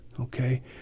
okay